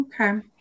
Okay